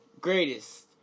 greatest